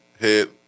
head